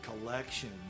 collection